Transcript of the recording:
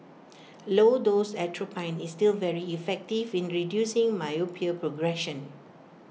low dose atropine is still very effective in reducing myopia progression